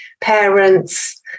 parents